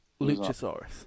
luchasaurus